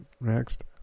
next